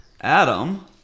Adam